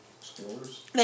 scores